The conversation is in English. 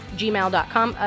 gmail.com